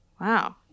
Wow